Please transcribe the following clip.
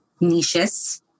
niches